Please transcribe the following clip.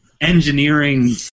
engineering